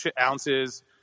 ounces